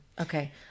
Okay